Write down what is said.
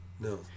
No